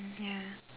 mm ya